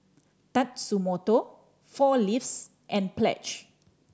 Tatsumoto Four Leaves and Pledge